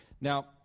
now